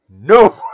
No